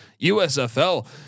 USFL